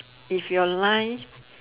if you are like